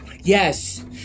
Yes